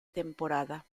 temporada